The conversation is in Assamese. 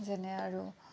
যেনে আৰু